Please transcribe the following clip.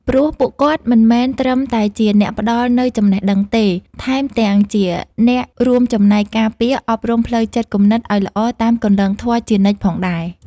ព្រោះពួកគាត់មិនមែនត្រឹមតែជាអ្នកផ្តល់នូវចំណេះដឹងទេ ថែមទាំងជាអ្នករួមចំណែកការពារ អប់រំផ្លូវចិត្តគំនិតឱ្យល្អតាមគន្លងធម៌ជានិច្ចផងដែរ។